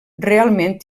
realment